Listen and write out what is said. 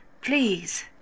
Please